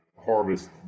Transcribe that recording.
Harvest